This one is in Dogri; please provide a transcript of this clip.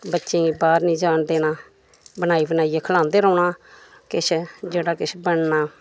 बच्चें गी बाहर निं जान देना बनाई बनाइयै खलांदे रौह्ना किश जेह्ड़ा किश बनना